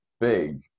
big